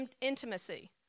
Intimacy